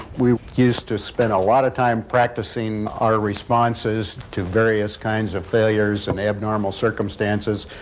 we used to spend a lot of time practicing our responses to various kinds of failures and abnormal circumstances,